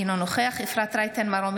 אינו נוכח אפרת רייטן מרום,